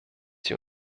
die